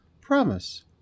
promise